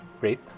rape